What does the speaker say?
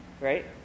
right